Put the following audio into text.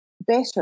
better